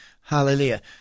Hallelujah